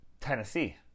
Tennessee